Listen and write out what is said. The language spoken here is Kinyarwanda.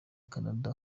canada